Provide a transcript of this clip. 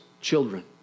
Children